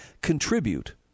contribute